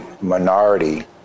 minority